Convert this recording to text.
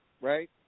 Right